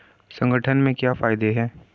संगठन के क्या फायदें हैं?